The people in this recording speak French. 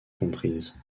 comprise